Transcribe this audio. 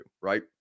right